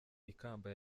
ikamba